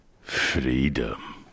Freedom